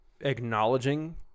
acknowledging